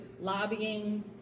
lobbying